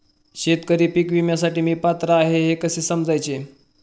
शेतकरी पीक विम्यासाठी मी पात्र आहे हे कसे समजायचे?